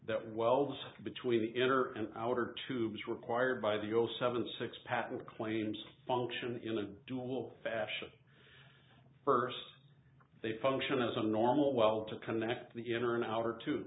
that wells between the inner and outer tubes required by the zero seven six patent claims function in a dual fashion first they function as a normal weld to connect the inner an hour to t